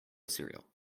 cereal